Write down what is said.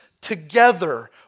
together